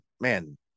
man